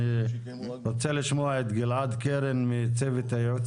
אני רוצה לשמוע את גלעד קרן מצוות היעוץ